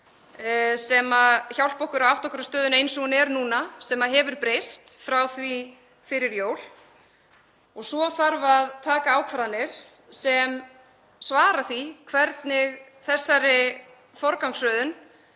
sem hjálpa okkur að átta okkur á stöðunni eins og hún er núna, sem hefur breyst frá því fyrir jól. Svo þarf að taka ákvarðanir sem svara því hvernig þessari forgangsröðun